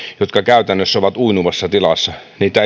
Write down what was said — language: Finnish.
jotka käytännössä ovat uinuvassa tilassa